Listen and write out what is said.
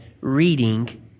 reading